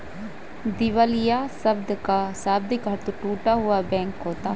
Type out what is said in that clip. दिवालिया शब्द का शाब्दिक अर्थ टूटा हुआ बैंक होता है